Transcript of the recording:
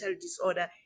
disorder